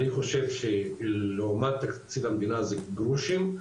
אני חושב שלעומת תקציב המדינה זה גרושים,